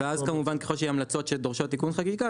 ואז כמובן ככל שיהיו המלצות שדורשות תיקון חקיקה,